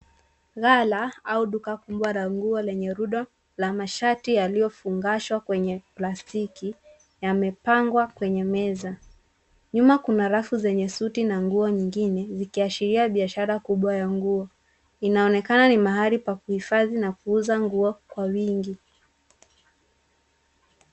Ghala au duka kubwa la nguo lenye rundo la mashati yaliyofungashwa kwenye plastiki, yamepangwa kwenye meza. Nyuma kuna rafu zenye suti na nguo nyingine, zikiashiria biashara kubwa ya nguo. Inaonekana ni mahali pa kuhifadhi na kuuza nguo kwa wingi.